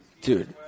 Dude